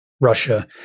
Russia